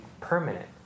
permanent